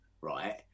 right